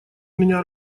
меня